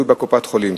תלוי בקופת-החולים.